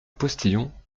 postillon